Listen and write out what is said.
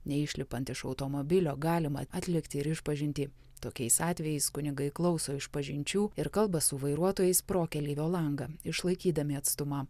neišlipant iš automobilio galima atlikti ir išpažintį tokiais atvejais kunigai klauso išpažinčių ir kalba su vairuotojais pro keleivio langą išlaikydami atstumą